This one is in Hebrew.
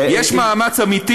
יש מאמץ אמיתי.